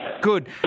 Good